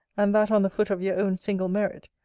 and that on the foot of your own single merit,